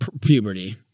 puberty